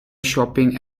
shopping